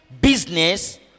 business